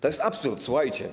To jest absurd, słuchajcie.